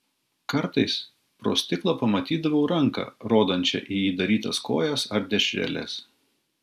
kartais pro stiklą pamatydavau ranką rodančią į įdarytas kojas ar dešreles